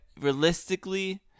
realistically